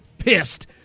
Pissed